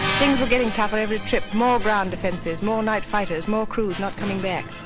things were getting tougher every trip, more ground defenses, more night fighters, more crews not coming back.